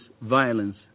violence